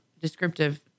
descriptive